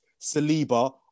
Saliba